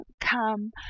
come